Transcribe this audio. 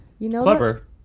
Clever